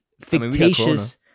fictitious